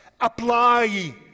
apply